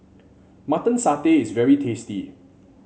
Mutton Satay is very tasty